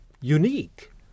unique